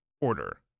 order